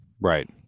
Right